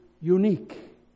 unique